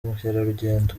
mukerarugendo